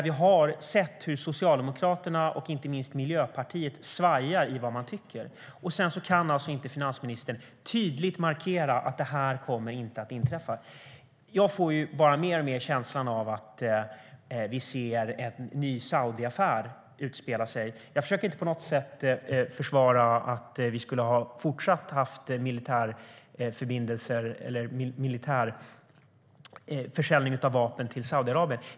Vi har sett hur Socialdemokraterna och inte minst Miljöpartiet svajar i vad man tycker. Sedan kan alltså inte finansministern tydligt markera att detta inte kommer att inträffa. Jag får bara mer och mer känslan av att vi ser en ny Saudiaffär utspela sig. Jag försöker inte på något sätt försvara att vi skulle ha haft en fortsatt försäljning av militära vapen till Saudiarabien.